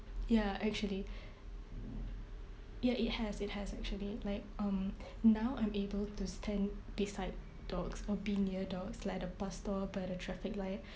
ya actually ya it has it has actually like um now I'm able to stand beside dogs or be near dogs like at the bus stop at a traffic light